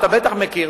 אתה בטח מכיר,